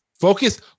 Focus